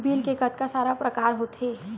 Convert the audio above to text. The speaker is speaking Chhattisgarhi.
बिल के कतका सारा प्रकार होथे?